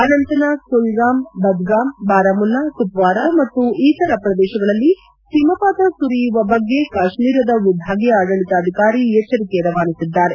ಅನಂತ್ ನಾಗ್ ಕುಲ್ಗಾಮ್ ಬದ್ಗಾಮ್ ಬಾರಮುಲ್ಲಾ ಕುಪ್ವಾರ ಮತ್ತು ಇತರ ಪ್ರದೇಶಗಳಲ್ಲಿ ಹಮಪಾತ ಸುರಿಯುವ ಬಗ್ಗೆ ಕಾಶ್ಮೀರದ ವಿಭಾಗೀಯ ಆಡಳಿತಾಧಿಕಾರಿ ಎಚ್ವರಿಕೆ ರವಾನಿಸಿದ್ದಾರೆ